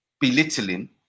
belittling